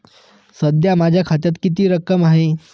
सध्या माझ्या खात्यात किती रक्कम आहे?